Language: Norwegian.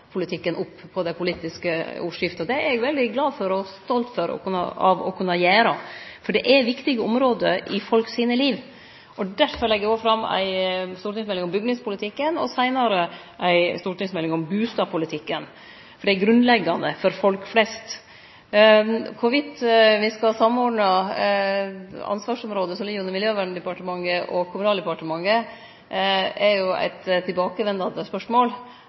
det politiske ordskiftet. Det er eg veldig glad for og stolt over å kunne gjere, for det er viktige område i folk sitt liv. Derfor legg eg òg fram ei stortingsmelding om bygningspolitikken og seinare ei stortingsmelding om bustadpolitikken, for det er grunnleggjande for folk flest. Om me skal samordne ansvarsområde som ligg under Miljøverndepartementet og Kommunaldepartementet, er jo eit tilbakevendande spørsmål.